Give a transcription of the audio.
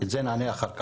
על זה נענה אחר כך.